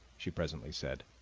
she presently said.